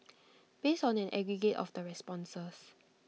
based on an aggregate of the responses